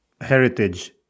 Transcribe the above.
heritage